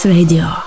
Radio